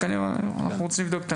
רק אנחנו רוצים לבדוק את הנושא.